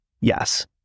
yes